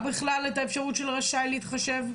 אפשרות של רשאי להתחשב?